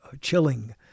chilling